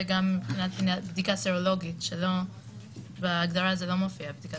וגם בדיקה סרולוגית שלא בהגדרה זה לא מופיע בדיקה